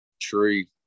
tree